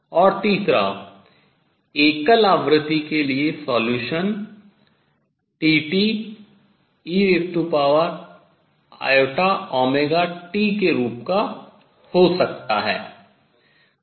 और तीसरा एकल आवृत्ति के लिए solution हल T eiωt के रूप का हो सकता है